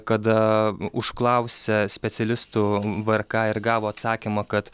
kada užklausia specialistų vrk ir gavo atsakymą kad